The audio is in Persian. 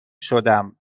شدم